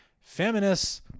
feminists